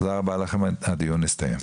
תודה רבה לכם, הדיון הסתיים.